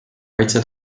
kaitse